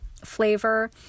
Flavor